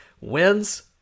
wins